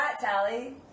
Tally